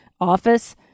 office